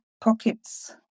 Pockets